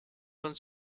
von